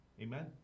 Amen